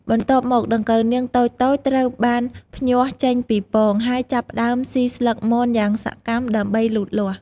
បន្ទាប់មក ដង្កូវនាងតូចៗត្រូវបានភ្ញាស់ចេញពីពង ហើយចាប់ផ្ដើមស៊ីស្លឹកមនយ៉ាងសកម្មដើម្បីលូតលាស់។